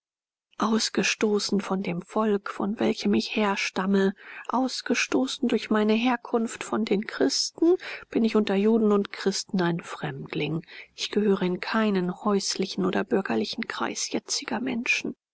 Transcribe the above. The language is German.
ausgestoßen von dem volk von welchem ich herstamme ausgestoßen durch meine herkunft von den christen bin ich unter juden und christen ein fremdling ich gehöre in keinen häuslichen oder bürgerlichen kreis jetziger menschen